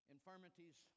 Infirmities